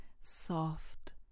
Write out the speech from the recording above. soft